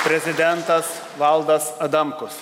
prezidentas valdas adamkus